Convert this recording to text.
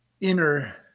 inner